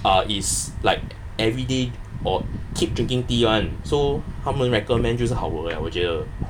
uh is like everyday or keep drinking tea [one] so 他们 recommend 就是好的 liao 我觉得